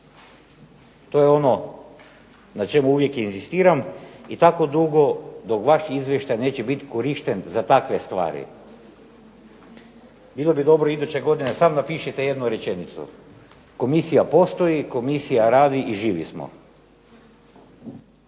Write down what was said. To je ono na čemu uvijek inzistiram i tako dugo dok vaš izvještaj neće biti korišten za takve stvari. Bilo bi dobro iduće godine samo napišite jednu rečenicu – komisija postoji, komisija radi i živi smo.